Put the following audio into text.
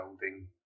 building